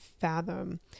fathom